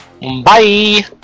bye